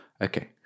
Okay